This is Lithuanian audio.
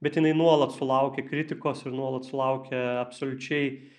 bet jinai nuolat sulaukia kritikos ir nuolat sulaukia absoliučiai